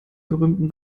berühmten